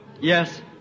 Yes